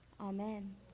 Amen